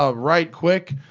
ah right quick,